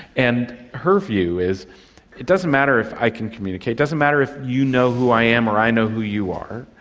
and her view is it doesn't matter if i can communicate, doesn't matter if you know who i am or i know who you are,